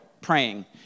praying